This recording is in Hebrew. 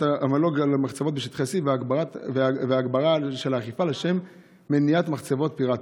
תמלוג על מחצבות בשטחי C והגברה של האכיפה לשם מניעת מחצבות פיראטיות.